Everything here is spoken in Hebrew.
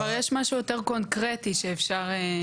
כשכבר יש משהו יותר קונקרטי שאפשר להשלים.